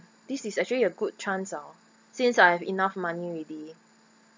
this is actually a good chance hor since I have enough money already